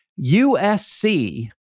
USC